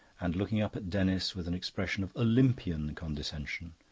and, looking up at denis with an expression of olympian condescension,